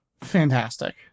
Fantastic